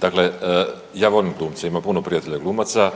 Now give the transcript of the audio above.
Dakle, ja volim glumce, imam puno prijatelja glumaca